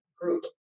group